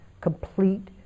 complete